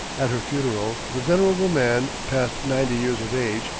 at her funeral the venerable man, past ninety years of age,